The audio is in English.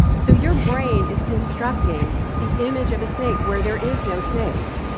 so your brain is constructing the image of a snake where there is no snake,